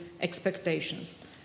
expectations